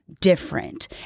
different